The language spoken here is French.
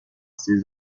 ses